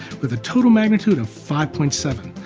with a total magnitude of five point seven,